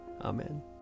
Amen